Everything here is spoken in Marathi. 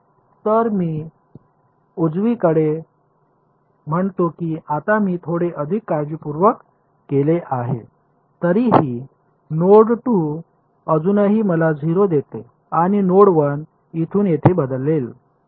तर मी आता उजवीकडे म्हणतो की आता मी थोडे अधिक काळजीपूर्वक केले आहे तरीही नोड 2 अजूनही मला 0 देते आणि नोड 1 इथून येथे बदलेल